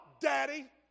Daddy